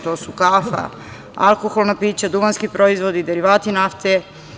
To su kafa, alkoholna pića, duvanski proizvodi, derivati nafte.